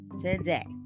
today